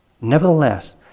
Nevertheless